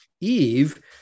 Eve